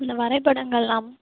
அந்த வரைபடங்கள்லாம்